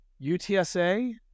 UTSA